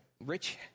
Rich